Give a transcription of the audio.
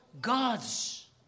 gods